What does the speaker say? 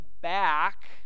back